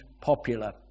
popular